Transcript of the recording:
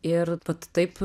ir vat taip